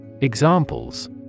Examples